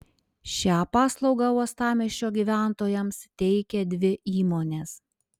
šią paslaugą uostamiesčio gyventojams teikia dvi įmonės